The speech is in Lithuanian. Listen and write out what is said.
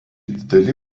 dideli